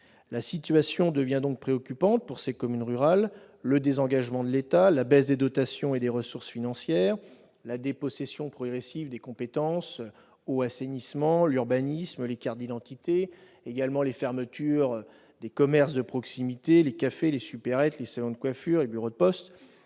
La situation devient donc préoccupante pour ces communes rurales : désengagement de l'État, baisse des dotations et des ressources financières, dépossession progressive des compétences- eau et assainissement, urbanisme, carte d'identité -, fermeture des commerces de proximité, tels que les cafés, les supérettes, les salons de coiffure, les bureaux de poste